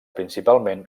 principalment